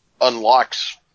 unlocks